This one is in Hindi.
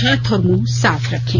हाथ और मुंह साफ रखें